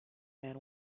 man